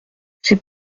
c’est